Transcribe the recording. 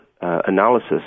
analysis